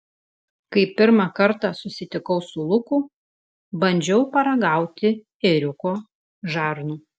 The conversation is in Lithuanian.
kai pirmą kartą susitikau su luku bandžiau paragauti ėriuko žarnų